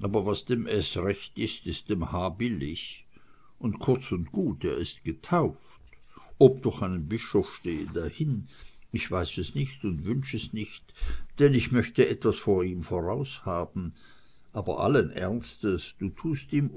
aber was dem s recht ist ist dem h billig und kurz und gut er ist getauft ob durch einen bischof stehe dahin ich weiß es nicht und wünsch es nicht denn ich möcht etwas vor ihm voraus haben aber allen ernstes du tust ihm